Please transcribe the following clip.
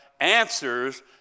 answers